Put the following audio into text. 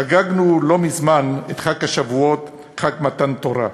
חגגנו לא מזמן את חג השבועות, חג מתן תורה.